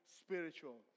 spiritual